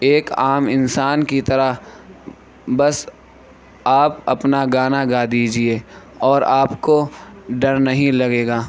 ایک عام انسان کی طرح بس آپ اپنا گانا گا دیجیے اور آپ کو ڈر نہیں لگے گا